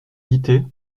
guittet